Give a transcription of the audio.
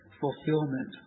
fulfillment